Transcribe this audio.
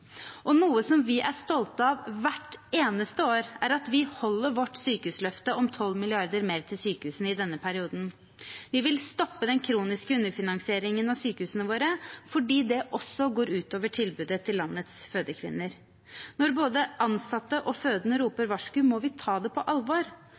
med. Noe vi er stolte av hvert eneste år, er at vi holder vårt sykehusløfte om 12 mrd. kr mer til sykehusene i denne perioden. Vi vil stoppe den kroniske underfinansieringen av sykehusene våre fordi det også går ut over tilbudet til landets fødekvinner. Når både ansatte og fødende roper